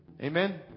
Amen